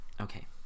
Okay